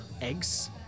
eggs